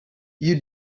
you